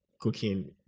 cooking